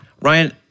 Ryan